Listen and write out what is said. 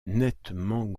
nettement